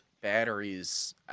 batteries